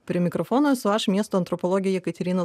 prie mikrofonas esu aš miesto antropologė jekaterina